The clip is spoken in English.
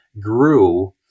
grew